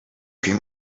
cream